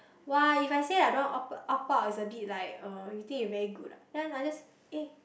[wah] if I say I don't want op~ opt out it's a bit like uh you think you very good ah then I just eh